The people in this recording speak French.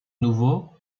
nouveau